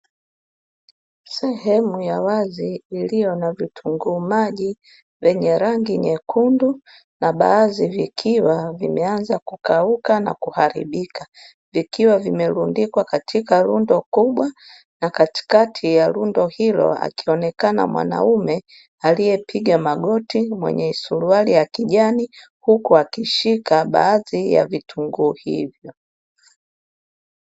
Sehemu ya wazi iliyo na vitunguu maji vyenye rangi nyekundu na baadhi vikiwa vimeanza kukauka na kuharibika, vikiwa vimerundikwa katika rundo kubwa na katikati ya rundo hilo akionekana mwanaume aliyepiga magoti mwenye suruali ya kijani huku akishika baadhi ya vitunguu hivyo.